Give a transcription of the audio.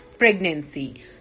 Pregnancy